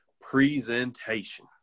presentation